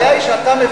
הבעיה היא שאתה מבין,